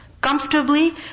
comfortably